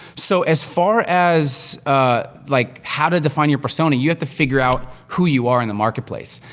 so, as far as ah like how to define your persona, you have to figure out who you are in the marketplace.